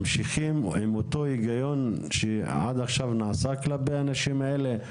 ממשיכים עם אותו היגיון שעד עכשיו נעשה כלפי אנשים האלה?